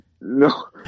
No